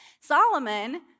Solomon